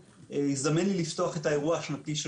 הזדמן לי לפתוח את האירוע השנתי של